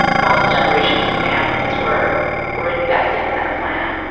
multiple generations of families were were invested in that plant.